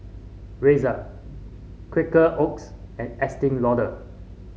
Razer Quaker Oats and Estee Lauder